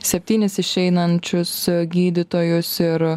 septynis išeinančius gydytojus ir